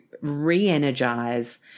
re-energize